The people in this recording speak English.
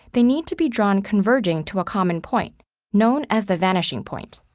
they need to be drawn converging to a common point known as the vanishing point.